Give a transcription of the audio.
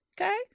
okay